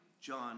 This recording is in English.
John